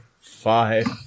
five